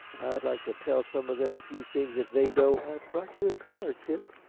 i'd like to tell some of them a few things that they don't i've brought you a caller, chip.